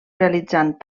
realitzant